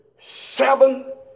seven